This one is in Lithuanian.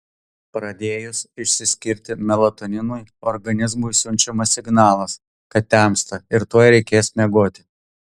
pradėjus išsiskirti melatoninui organizmui siunčiamas signalas kad temsta ir tuoj reikės miegoti